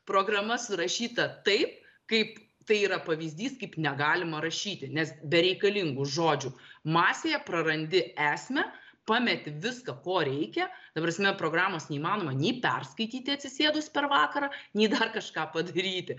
programa surašyta taip kaip tai yra pavyzdys kaip negalima rašyti nes bereikalingų žodžių masėje prarandi esmę pameti viską ko reikia ta prasme programos neįmanoma nei perskaityti atsisėdus per vakarą nei dar kažką padaryti